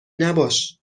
نباش